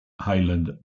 highland